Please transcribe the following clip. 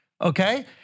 okay